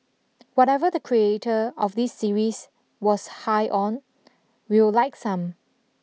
whatever the creator of this series was high on we'll like some